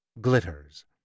glitters